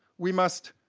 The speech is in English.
we must.